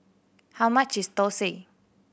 how much is thosai